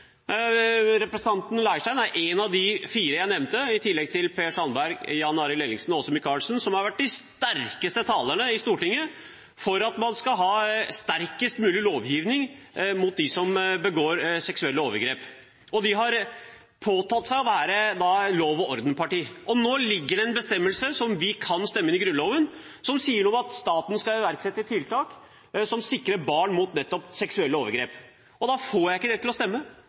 Representanten Leirstein er en av de fire jeg nevnte, i tillegg til Per Sandberg, Jan Arild Ellingsen og Åse Michaelsen, som har vært de sterkeste talerne i Stortinget for at man skal ha sterkest mulig lovgivning mot dem som begår seksuelle overgrep. De har påtatt seg å være lov-og-orden-parti. Nå ligger det en bestemmelse som vi kan stemme inn i Grunnloven, som sier noe om at staten skal iverksette tiltak som sikrer barn mot nettopp seksuelle overgrep. Da får jeg ikke dette til å stemme.